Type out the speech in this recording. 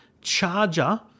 charger